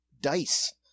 dice